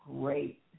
great